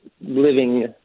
living